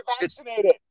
vaccinated